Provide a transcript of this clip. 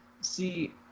See